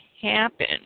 happen